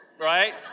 right